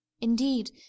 indeed